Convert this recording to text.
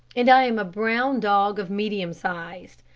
and i am a brown dog of medium size.